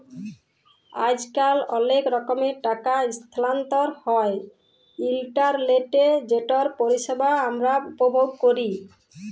আইজকাল অলেক রকমের টাকা ইসথালাল্তর হ্যয় ইলটারলেটে যেটর পরিষেবা আমরা উপভোগ ক্যরি